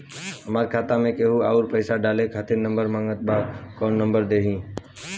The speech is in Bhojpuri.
हमार खाता मे केहु आउर पैसा डाले खातिर नंबर मांगत् बा कौन नंबर दे दिही?